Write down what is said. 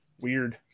Weird